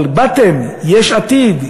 אבל באתם, יש עתיד.